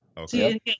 Okay